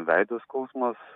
veido skausmas